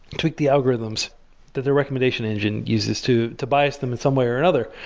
tweak the algorithms that their recommendation engine uses to to bias them in some way or another.